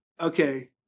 okay